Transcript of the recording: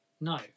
No